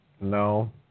No